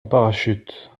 parachute